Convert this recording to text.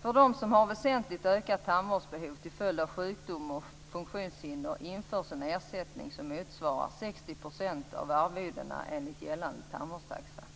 För dem som har väsentligt ökat tandvårdsbehov till följd av sjukdom och funktionshinder införs en ersättning som motsvarar 60 % av arvodena enligt gällande tandvårdstaxa.